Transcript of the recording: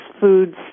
foods